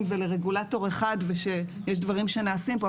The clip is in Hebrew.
ולרגולטור אחד ושיש דברים שנעשים פה,